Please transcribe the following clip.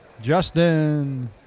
Justin